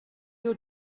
your